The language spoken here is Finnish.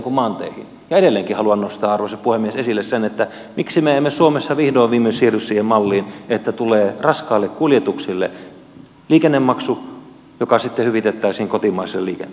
edelleenkin haluan nostaa arvoisa puhemies esille sen että miksi me emme suomessa vihdoin viimein siirry siihen malliin että tulee raskaille kuljetuksille liikennemaksu joka sitten hyvitettäisiin kotimaiselle liikenteelle